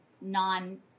non